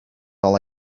all